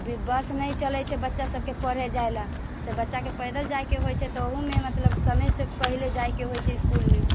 बस नहि चलै छै बच्चासभके पढ़य जाइ लेल से बच्चाकेँ पैदल जाइके होइ छै तऽ ओहोमे मतलब समयसँ पहिले जाइके होइ छै इस्कुलमे